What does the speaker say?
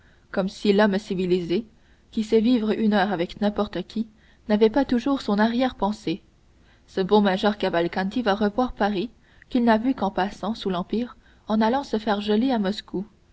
comme si l'homme civilisé qui sait vivre une heure avec n'importe qui n'avait pas toujours son arrière-pensée ce bon major cavalcanti va revoir paris qu'il n'a vu qu'en passant sous l'empire en allant se faire geler à moscou